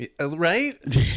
Right